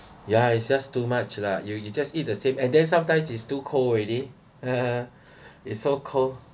ya is just too much lah you you just eat the same and then sometimes is too cold already is so cold